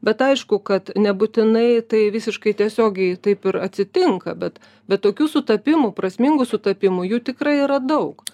bet aišku kad nebūtinai tai visiškai tiesiogiai taip ir atsitinka bet be tokių sutapimų prasmingų sutapimų jų tikrai yra daug